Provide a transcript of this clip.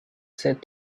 said